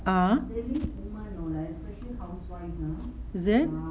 (uh huh) is it